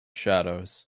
shadows